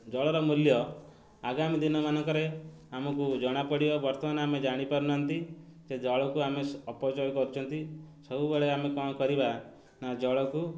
ଜଳର ମୂଲ୍ୟ ଆଗାମୀ ଦିନ ମାନଙ୍କରେ ଆମକୁ ଜଣାପଡ଼ିବ ବର୍ତ୍ତମାନ ଆମେ ଜାଣିପାରୁନାହାନ୍ତି ଯେ ଜଳକୁ ଆମେ ଅପଚୟ କରୁଛନ୍ତି ସବୁବେଳେ ଆମେ କ'ଣ କରିବା ନା ଜଳକୁ